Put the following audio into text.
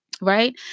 right